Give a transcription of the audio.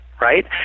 right